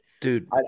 dude